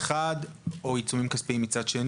יש כל הכלים בארסנל.